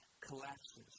collapses